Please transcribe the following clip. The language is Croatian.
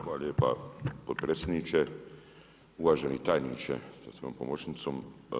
Hvala lijepa potpredsjedniče, uvaženi tajniče sa svojom pomoćnicom.